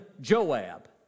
Joab